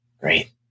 Great